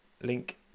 link